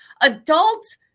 adults